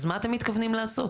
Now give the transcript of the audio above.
אז מה אתם מתכוונים לעשות?